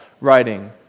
writing